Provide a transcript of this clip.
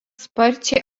sparčiai